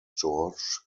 george